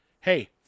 hey